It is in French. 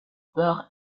peur